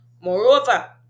Moreover